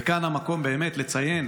וכאן המקום באמת לציין